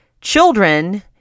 children